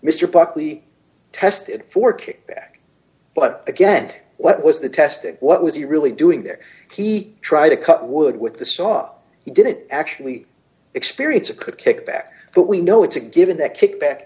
mr buckley tested for kickback but again what was the test and what was he really doing there he tried to cut wood with the saw he didn't actually experience it could kick back but we know it's a given that kick back